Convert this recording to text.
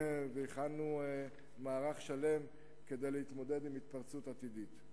והכנו מערך שלם כדי להתמודד עם התפרצות עתידית.